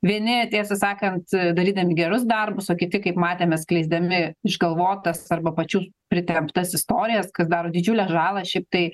vieni tiesą sakant darydami gerus darbus o kiti kaip matėme skleisdami išgalvotas arba pačių pritemptas istorijas kas daro didžiulę žalą šiaip tai